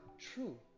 true